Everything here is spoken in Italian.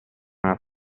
nella